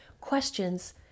questions